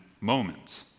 moment